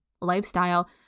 lifestyle